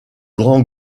grand